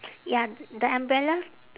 ya the umbrella